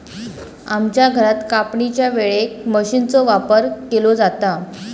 आमच्या घरात कापणीच्या वेळेक मशीनचो वापर केलो जाता